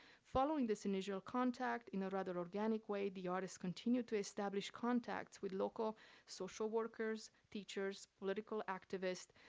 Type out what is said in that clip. following this initial contact in a rather organic way, the artists continue to establish contacts with local social workers, teachers, political activists,